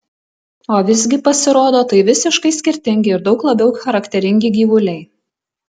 o visgi pasirodo tai visiškai skirtingi ir daug labiau charakteringi gyvuliai